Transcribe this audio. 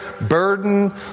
burden